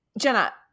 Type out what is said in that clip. Jenna